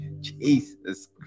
Jesus